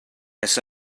ers